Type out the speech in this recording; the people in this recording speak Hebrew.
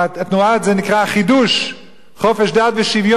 זה נקרא חדו"ש, חופש דת ושוויון.